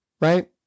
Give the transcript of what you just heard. right